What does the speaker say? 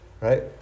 right